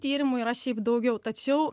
tyrimų yra šiaip daugiau tačiau